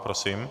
Prosím.